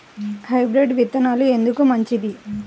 Hybrid విత్తనాలు ఎందుకు మంచిది?